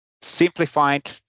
simplified